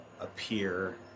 appear